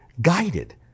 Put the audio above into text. guided